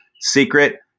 secret